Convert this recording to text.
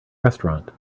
restaurant